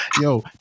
Yo